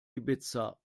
ibiza